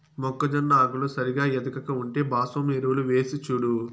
మొక్కజొన్న ఆకులు సరిగా ఎదగక ఉంటే భాస్వరం ఎరువులు వేసిచూడు